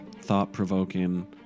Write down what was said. thought-provoking